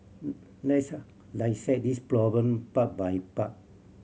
let's listen this problem part by part